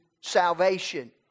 salvation